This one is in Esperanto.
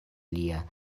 lia